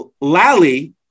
Lally